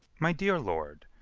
my dear lord,